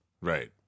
Right